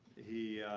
he